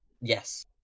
Yes